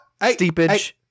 steepage